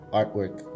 artwork